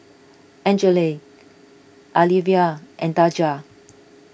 Angele Alyvia and Daja